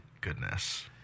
goodness